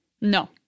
No